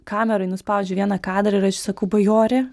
kamerai nuspaudžiu vieną kadrą ir aš sakau bajorė